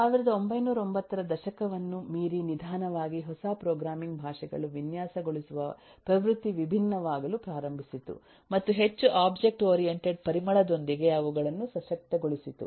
1990 ರ ದಶಕವನ್ನು ಮೀರಿ ನಿಧಾನವಾಗಿ ಹೊಸ ಪ್ರೋಗ್ರಾಮಿಂಗ್ ಭಾಷೆಗಳನ್ನು ವಿನ್ಯಾಸಗೊಳಿಸುವ ಪ್ರವೃತ್ತಿ ವಿಭಿನ್ನವಾಗಲು ಪ್ರಾರಂಭಿಸಿತು ಮತ್ತು ಹೆಚ್ಚು ಒಬ್ಜೆಕ್ಟ್ ಓರಿಯೆಂಟೆಡ್ ಪರಿಮಳದೊಂದಿಗೆ ಅವುಗಳನ್ನು ಸಶಕ್ತಗೊಳಿಸಿತು